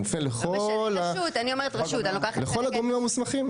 זה מופנה לכל הגורמים המוסמכים.